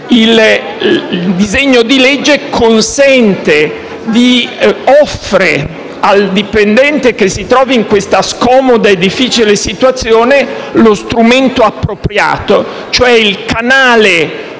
Il disegno di legge offre al dipendente che si trovi in questa scomoda e difficile situazione lo strumento appropriato, cioè il canale